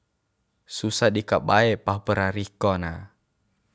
Susah di kabae pahup ra riko na